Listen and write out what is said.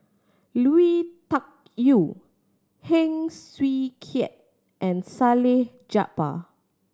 Lui Tuck Yew Heng Swee Keat and Salleh Japar